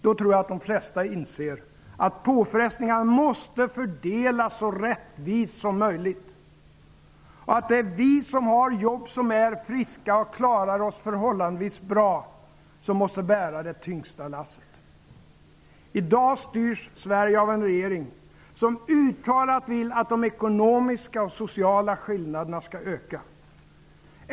Då tror jag att de flesta inser att påfrestningarna måste fördelas så rättvist som möjligt, och att det är vi som har jobb, som är friska och som klarar oss förhållandevis bra som måste bära det tyngsta lasset. I dag styrs Sverige av en regering som uttalat vill att de ekonomiska och sociala skillnaderna skall öka.